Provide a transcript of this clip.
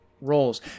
roles